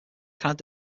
canada